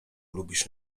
lubisz